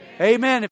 Amen